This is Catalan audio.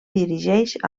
dirigeix